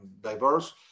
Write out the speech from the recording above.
diverse